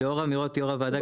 לאור אמירות יו"ר הוועדה,